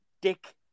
Dick